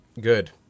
good